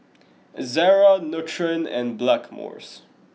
Ezerra Nutren and Blackmores